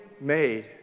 made